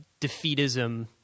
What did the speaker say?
defeatism